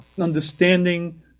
understanding